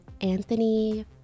Anthony